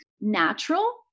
natural